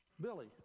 Billy